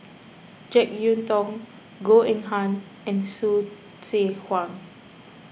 Jek Yeun Thong Goh Eng Han and Hsu Tse Kwang